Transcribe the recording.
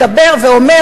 מדבר ואומר,